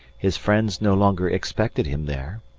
his friends no longer expected him there.